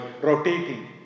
rotating